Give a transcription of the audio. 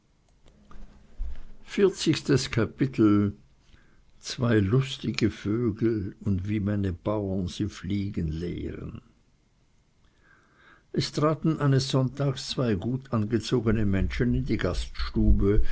zwei lustige vögel und wie meine bauern sie fliegen lehren es traten nämlich eines sonntags drei menschen in die gaststube